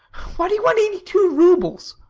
why do you want eighty-two roubles?